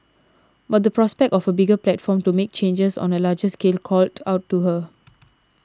but the prospect of a bigger platform to make changes on a larger scale called out to her